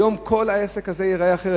היום כל העסק הזה ייראה אחרת.